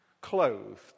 clothed